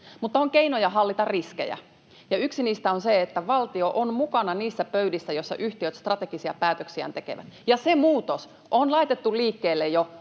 Mutta on keinoja hallita riskejä, ja yksi niistä on se, että valtio on mukana niissä pöydissä, joissa yhtiöt strategisia päätöksiään tekevät, ja se muutos on laitettu liikkeelle jo